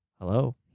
Hello